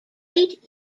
eight